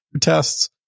tests